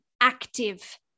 active